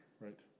Right